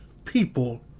People